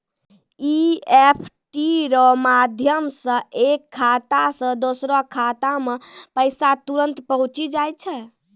EFT रो माध्यम से एक खाता से दोसरो खातामे पैसा तुरंत पहुंचि जाय छै